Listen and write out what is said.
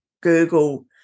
Google